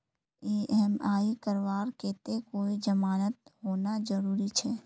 EMI करवार केते कोई जमानत होना जरूरी छे?